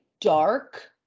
dark